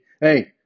hey